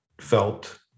felt